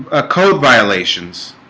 a code violations,